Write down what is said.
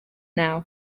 now